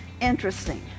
Interesting